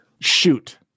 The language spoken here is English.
Shoot